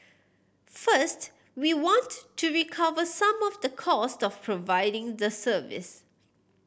first we want to recover some of the cost of providing the service